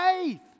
faith